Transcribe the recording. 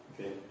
Okay